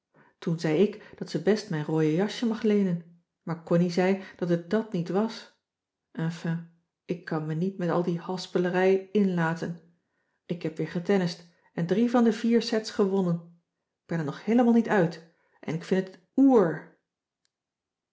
toen zei ik dat ze best mijn rooie jasje mag leenen maar connie zei dat het dàt niet was enfin ik kan me niet met al die haspelarij inlaten ik heb weer getennist en drie van de vier sets gewonnen k ben er nog heelemaal niet uit en ik vind het er